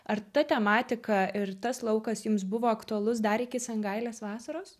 ar ta tematika ir tas laukas jums buvo aktualus dar iki sangailės vasaros